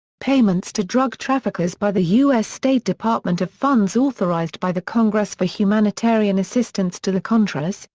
payments to drug traffickers by the u s. state department of funds authorized by the congress for humanitarian assistance to the contras,